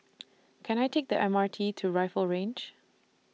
Can I Take The M R T to Rifle Range